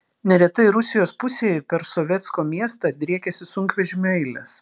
neretai rusijos pusėje per sovetsko miestą driekiasi sunkvežimių eilės